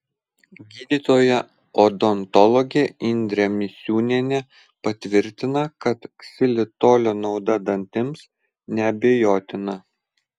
gydytoja odontologė indrė misiūnienė patvirtina kad ksilitolio nauda dantims neabejotina